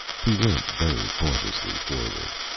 he went very cautiously forward.